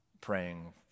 praying